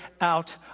out